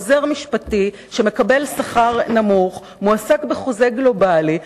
עוזר משפטי, שמקבל שכר נמוך, מועסק בחוזה גלובלי.